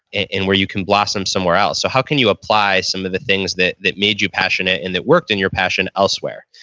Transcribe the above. where you can blossom somewhere else? so, how can you apply some of the things that that made you passionate and that worked in your passion elsewhere?